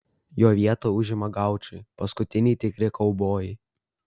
jo vietą užima gaučai paskutiniai tikri kaubojai